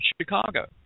Chicago